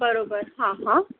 बरोबर हां हां